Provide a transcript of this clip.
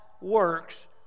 works